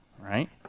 right